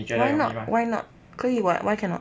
why not why cannot 可以 [what] why cannot